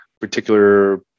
particular